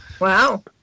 Wow